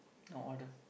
uh warden